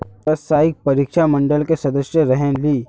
व्यावसायिक परीक्षा मंडल के सदस्य रहे ली?